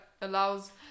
allows